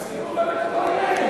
אז תזכירו גם את הדברים האלה.